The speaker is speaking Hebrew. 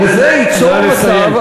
נא לסיים.